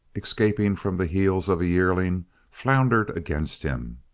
escaping from the heels of a yearling floundered against him.